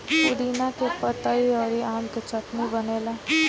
पुदीना के पतइ अउरी आम के चटनी बनेला